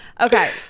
Okay